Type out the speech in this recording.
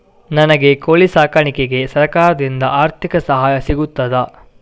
ನನಗೆ ಕೋಳಿ ಸಾಕಾಣಿಕೆಗೆ ಸರಕಾರದಿಂದ ಆರ್ಥಿಕ ಸಹಾಯ ಸಿಗುತ್ತದಾ?